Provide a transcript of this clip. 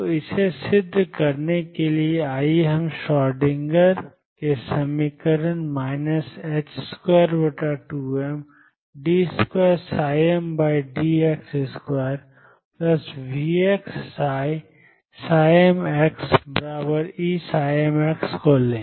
तो इसे सिद्ध करने के लिए आइए हम श्रोडिंगर के समीकरण 22md2mdx2VxmEmको लें